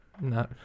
No